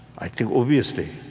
i think, obviously,